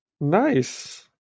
Nice